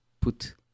put